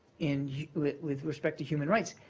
in with respect to human rights.